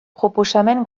proposamen